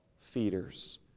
feeders